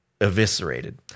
eviscerated